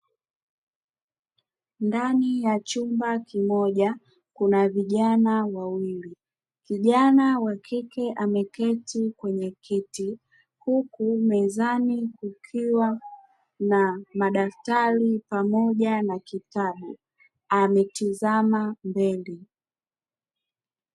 Ndani ya chumba kimoja kuna vijana wawili kijana wa kike ameketi kwenye kiti huku mezani kukiwa na madaftari pamoja na kitabu ametizama mbele.